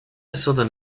southern